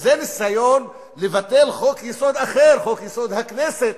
זה ניסיון לבטל חוק-יסוד אחר, חוק-יסוד: הכנסת,